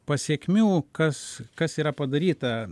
pasekmių kas kas yra padaryta